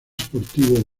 sportivo